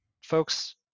folks